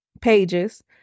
pages